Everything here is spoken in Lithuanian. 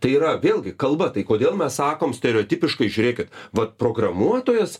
tai yra vėlgi kalba tai kodėl mes sakom stereotipiškai žiūrėkit vat programuotojas